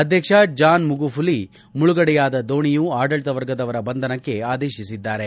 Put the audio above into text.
ಅಧ್ಯಕ್ಷ John Magufuli ಮುಳುಗಡೆಯಾದ ದೋಣಿಯ ಆಡಳಿತ ವರ್ಗದವರ ಬಂಧನಕ್ಕೆ ಆದೇಶಿಸಿದ್ದಾರೆ